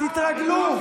תתרגלו.